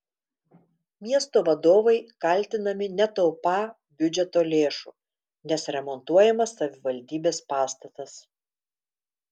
miesto vadovai kaltinami netaupą biudžeto lėšų nes remontuojamas savivaldybės pastatas